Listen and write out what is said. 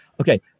Okay